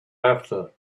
after